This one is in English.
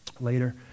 later